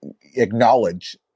acknowledge